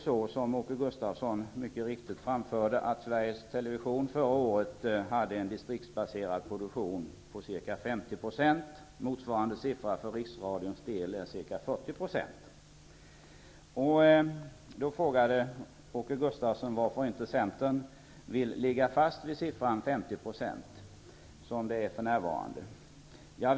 Som Åke Gustavsson mycket riktigt framförde hade Sveriges Television förra året en distriktsbaserad produktion på ca 50 %. Motsvarande siffra för Riksradion är ca 40 %. Åke Gustavsson frågade varför Centern inte vill hålla fast vid siffran 50 %, som det är för närvarande.